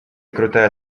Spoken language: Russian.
крутая